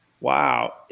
Wow